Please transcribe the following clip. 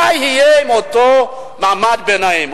מה יהיה עם אותו מעמד ביניים,